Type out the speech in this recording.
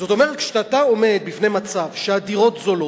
זאת אומרת, כשאתה עומד בפני מצב שהדירות זולות,